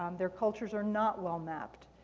um their cultures are not well mapped.